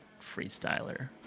freestyler